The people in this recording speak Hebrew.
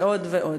ועוד ועוד.